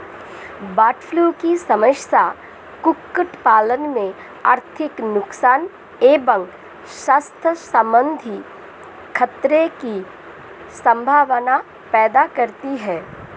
bird flu की समस्या कुक्कुट पालन में आर्थिक नुकसान एवं स्वास्थ्य सम्बन्धी खतरे की सम्भावना पैदा करती है